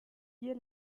hier